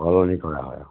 সলনি কৰা হয়